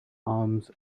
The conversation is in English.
arms